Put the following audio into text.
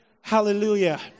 Hallelujah